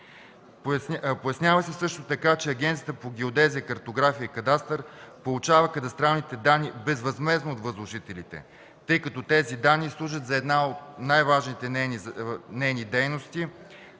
Пояснява се също така, че Агенцията по геодезия, картография и кадастър получава кадастралните данни безвъзмездно от възложителите, тъй като тези данни служат за една от най-важните нейни дейности